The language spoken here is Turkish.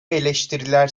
eleştiriler